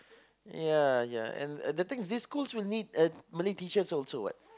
ya ya and and the thing is these school will need uh Malay teachers also [what]